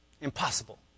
Impossible